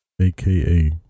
aka